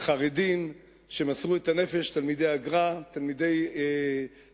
חרדים שמסרו את הנפש, תלמידי הגר"א, תלמידי